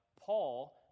paul